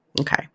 Okay